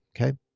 Okay